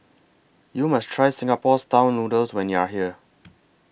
YOU must Try Singapore Style Noodles when YOU Are here